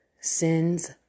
sins